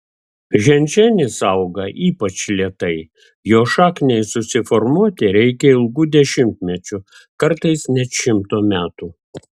ženšenis auga ypač lėtai jo šakniai susiformuoti reikia ilgų dešimtmečių kartais net šimto metų